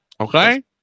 Okay